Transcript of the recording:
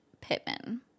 Pittman